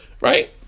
right